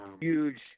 Huge